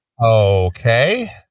Okay